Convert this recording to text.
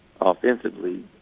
offensively